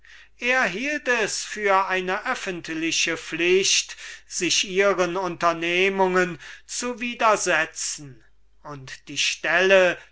er hielt es für eine allgemeine pflicht sich den unternehmungen der bösen zu widersetzen und die stelle